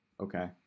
okay